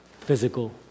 physical